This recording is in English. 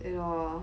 对